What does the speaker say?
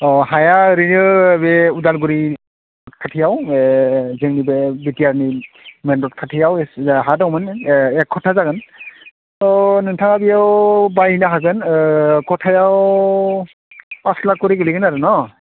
अ हाया ओरैनो बे उदालगुरि खाथियाव जोंनि बे बिटिआर नि मेइन रड खाथियाव हा दंमोन एक खथा जागोन थ नोंथाङा बेयाव बायनो हागोन खथायाव पास लाख खरि गोग्लैगोन आरो न'